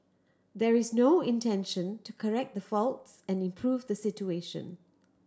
there is no intention to correct the faults and improve the situation